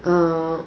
err